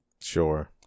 Sure